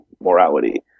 morality